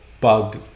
bug